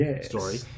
story